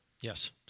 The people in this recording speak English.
Yes